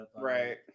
Right